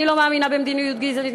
אני לא מאמינה במדיניות גזענית.